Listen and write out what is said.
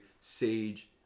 sage